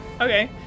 Okay